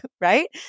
right